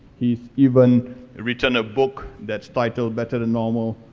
he's even written a book that's titled better than normal,